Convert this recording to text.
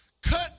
cut